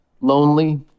lonely